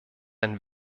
ein